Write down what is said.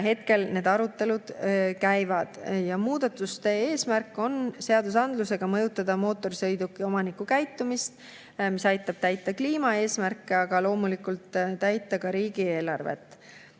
Hetkel arutelud käivad. Muudatuste eesmärk on [õigusnormide]ga mõjutada mootorsõiduki omaniku käitumist. See aitab täita kliimaeesmärke, aga loomulikult täita ka riigieelarvet.